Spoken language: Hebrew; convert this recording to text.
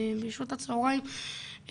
בשעות הצהריים,